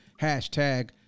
hashtag